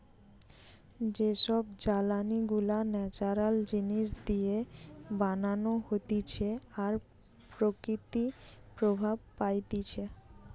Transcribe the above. যে সব জ্বালানি গুলা ন্যাচারাল জিনিস দিয়ে বানানো হতিছে আর প্রকৃতি প্রভাব পাইতিছে